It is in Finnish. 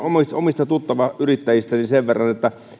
omista tuttavayrittäjistäni sen verran että